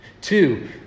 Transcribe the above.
Two